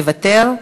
מוותר.